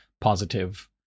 positive